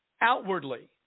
outwardly